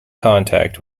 contact